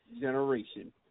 generation